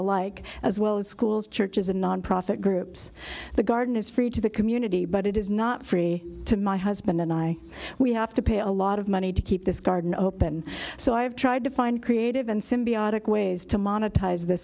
alike as well as schools churches and nonprofit groups the garden is free to the community but it is not free to my husband and i we have to pay a lot of money to keep this garden open so i have tried to find creative and symbiotic ways to mon